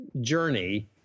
journey